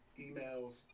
emails